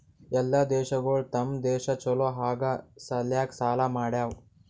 ಎಲ್ಲಾ ದೇಶಗೊಳ್ ತಮ್ ದೇಶ ಛಲೋ ಆಗಾ ಸಲ್ಯಾಕ್ ಸಾಲಾ ಮಾಡ್ಯಾವ್